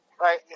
Right